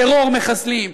טרור מחסלים,